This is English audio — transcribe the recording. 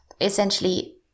essentially